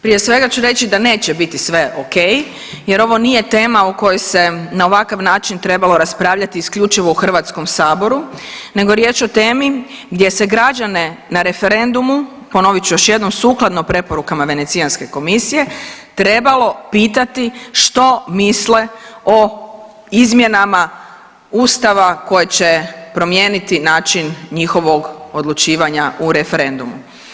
Prije svega ću reći da neće biti sve ok jer ono nije tema o kojoj se na ovakav način trebalo raspravljati isključivo u Hrvatskom saboru, nego je riječ o temi gdje se građane na referendumu, ponovit ću još jednom sukladno preporukama Venecijanske komisije trebalo pitati što misle o izmjenama Ustava koje će promijeniti način njihovog odlučivanja u referendumu.